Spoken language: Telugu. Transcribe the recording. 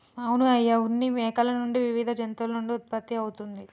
అవును అయ్య ఉన్ని మేకల నుండి వివిధ జంతువుల నుండి ఉత్పత్తి అవుతుంది